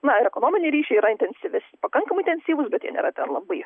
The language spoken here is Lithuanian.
na ir ekonominiai ryšiai yra intensyves pakankamai intensyvūs bet jie nėra labai